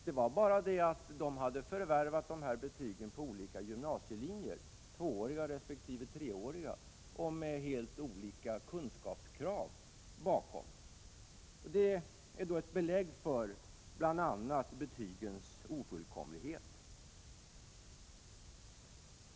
Det var bara det att de hade förvärvat betygen på olika gymnasielinjer, tvååriga resp. treåriga, och med helt olika kunskapskrav bakom. Det är då ett belägg för betygens ofullkomlighet.